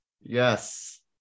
yes